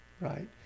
Right